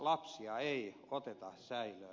lapsia ei oteta säilöön